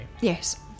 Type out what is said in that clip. Yes